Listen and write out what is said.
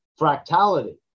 fractality